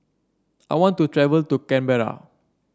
I want to travel to Canberra